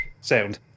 sound